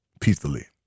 peacefully